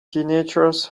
teenagers